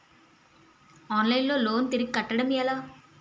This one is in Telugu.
ఆన్లైన్ లో లోన్ తిరిగి కట్టడం ఎలా?